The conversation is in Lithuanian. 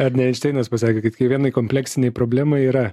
ar ne einšteinas pasakė kad kiekvienai kompleksinei problemai yra